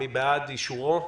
מי בעד אישורו?